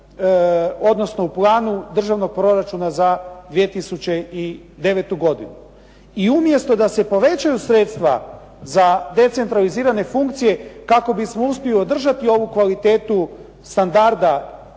odnosno u planu državnog proračuna za 2009. godinu. I umjesto da se povećaju sredstva za decentralizirane funkcije kako bismo uspjeli održati ovu kvalitetu standarda